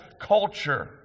culture